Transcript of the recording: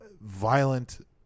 Violent